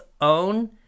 own